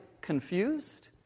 confused